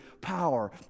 power